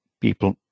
people